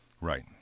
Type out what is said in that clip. Right